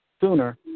sooner